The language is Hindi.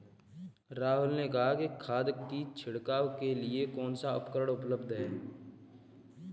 राहुल ने कहा कि खाद की छिड़काव के लिए कौन सा उपकरण उपलब्ध है?